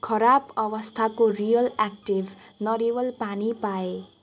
खराब अवस्थाको real active नरिवल पानी पाएँ